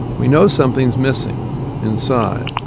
we know something's missing inside,